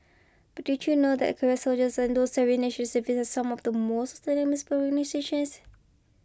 but did you know that career soldiers and those serving National Service some of the most outstanding mispronunciations